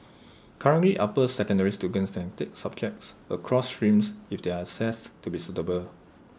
currently upper secondary students can take subjects across streams if they are assessed to be suitable